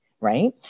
right